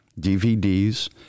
DVDs